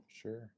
Sure